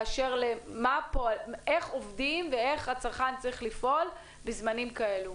באשר לאיך עובדים ואיך הצרכן צריך לפעול בזמנים כאלה.